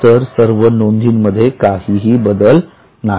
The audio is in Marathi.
इतर सर्व नोंदी मध्ये बदल झाला नाही